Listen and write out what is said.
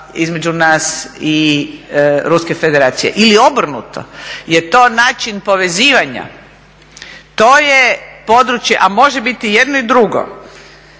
između nas i Ruske Federacije ili obrnuto, je to način povezivanja? To je područje, a može biti i jedno i drugo.